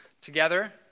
Together